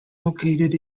located